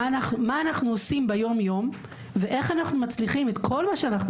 מה אנחנו עושים ביום יום ואיך אנחנו מצליחים את כל מה שאנחנו